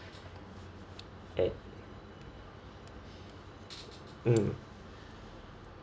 at hmm